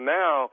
now